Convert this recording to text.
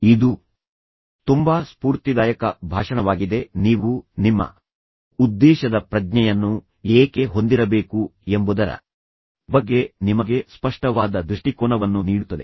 ಇದು ತುಂಬಾ ಸ್ಪೂರ್ತಿದಾಯಕ ಭಾಷಣವಾಗಿದೆ ನೀವು ನಿಮ್ಮ ಉದ್ದೇಶದ ಪ್ರಜ್ಞೆಯನ್ನು ಏಕೆ ಹೊಂದಿರಬೇಕು ಎಂಬುದರ ಬಗ್ಗೆ ನಿಮಗೆ ಸ್ಪಷ್ಟವಾದ ದೃಷ್ಟಿಕೋನವನ್ನು ನೀಡುತ್ತದೆ